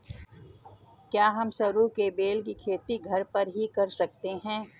क्या हम सरू के बेल की खेती घर पर ही कर सकते हैं?